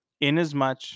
Inasmuch